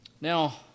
Now